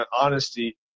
honesty